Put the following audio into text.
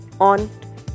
On